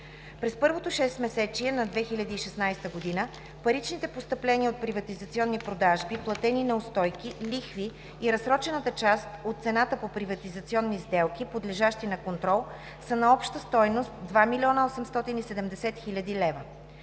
През първото шестмесечие на 2016 г. паричните постъпления от приватизационни продажби, платени неустойки, лихви и разсрочената част от цената по приватизационни сделки, подлежащи на контрол, са на обща стойност 2 870 хил. лв.